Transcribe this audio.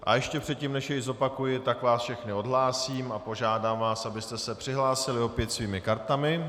A ještě předtím, než jej zopakuji, tak vás všechny odhlásím a požádám vás, abyste se přihlásili opět svými kartami.